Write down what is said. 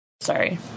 sorry